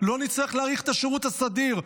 לא נצטרך להאריך את השירות הסדיר,